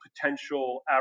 potential